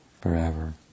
forever